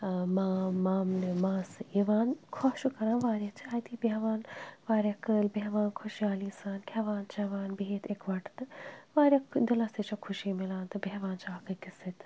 مام مامنہِ ماسہٕ یِوان خۄش چھُ کَران واریاہ چھا اَتی بیٚہوان واریاہ کٲلۍ بیٚہوان خوشحالی سان کھٮ۪وان چٮ۪وان بِہِتھ اِکوَٹہٕ تہٕ واریاہ دِلَس تہِ چھِ خوشی میلان تہٕ بیٚہوان چھِ اَکھ أکِس سۭتٮ۪ن